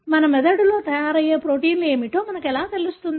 మన మెదడులో తయారయ్యే ప్రోటీన్లు ఏమిటో మనకు ఎలా తెలుస్తుంది